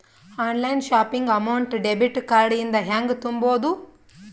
Online shopping amount debit card ಇಂದ ಹೆಂಗ್ ತುಂಬೊದು?